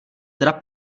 teda